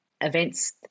events